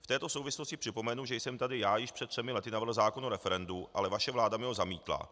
V této souvislosti připomenu, že jsem tady já již před třemi lety navrhl zákon o referendu, ale vaše vláda mi ho zamítla.